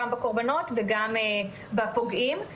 גם בקורבנות וגם בפוגעים.